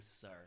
sir